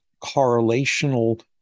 correlational